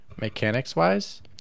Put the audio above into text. mechanics-wise